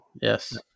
Yes